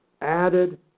added